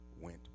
went